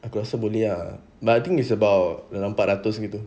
aku rasa boleh ah but I think it's about dalam empat ratus gitu